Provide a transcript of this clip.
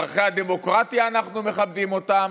ערכי הדמוקרטיה, אנחנו מכבדים אותם.